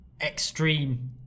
extreme